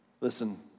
Listen